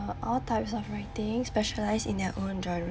for all types of writings specialised in their own dire~